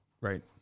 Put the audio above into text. Right